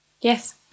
yes